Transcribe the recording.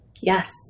Yes